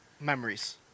memories